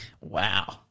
Wow